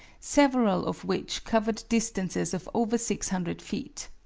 several of which covered distances of over six hundred feet.